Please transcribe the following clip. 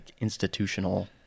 institutional—